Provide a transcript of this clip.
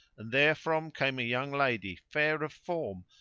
and therefrom came a young lady, fair of form,